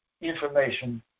information